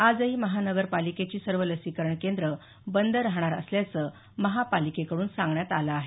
आजही महानगरपालिकेची सर्व लसीकरण केंद्र बंद राहणार असल्याचं महापालिकेकडून सांगण्यात आलं आहे